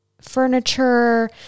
furniture